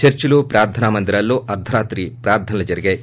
చర్చిలు ప్రార్ధనా మందిరాల్లో అర్ధరాత్రి ప్రార్ధనలు జరిగాయి